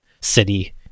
City